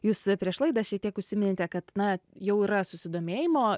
jūs prieš laidą šiek tiek užsiminėte kad na jau yra susidomėjimo